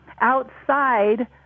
outside